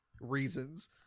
reasons